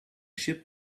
ship